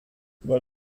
weil